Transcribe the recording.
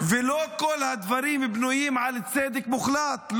ולא כל הדברים בנויים על צדק מוחלט.